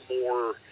more